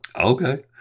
Okay